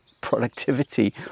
productivity